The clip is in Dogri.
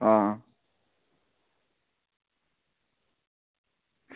हां